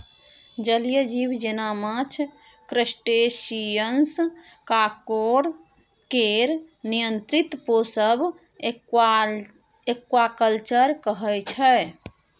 जलीय जीब जेना माछ, क्रस्टेशियंस, काँकोर केर नियंत्रित पोसब एक्वाकल्चर कहय छै